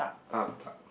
ah botak